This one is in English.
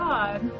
God